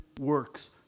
works